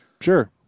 Sure